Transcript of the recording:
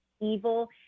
evil